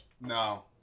No